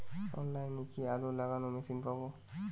অনলাইনে কি আলু লাগানো মেশিন পাব?